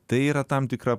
tai yra tam tikra